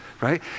right